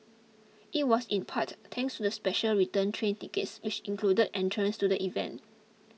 it was in part thanks to the special return train tickets which included entrance to the event